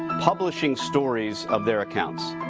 publishing stories of their accounts.